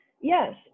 Yes